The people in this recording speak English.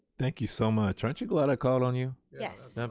thank you so much. aren't you glad i called on you? yes.